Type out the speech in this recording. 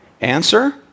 Answer